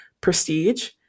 prestige